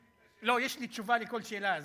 לא, יש לי תשובה לכל שאלה.